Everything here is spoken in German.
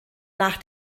nach